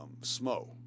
Smo